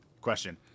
question